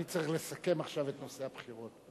אני צריך לסכם עכשיו את נושא הבחירות.